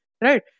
Right